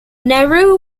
nehru